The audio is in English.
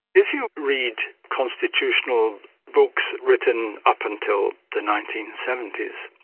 if you read constitutional books written up until the nineteen seventy s,